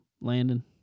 Landon